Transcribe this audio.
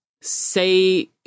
say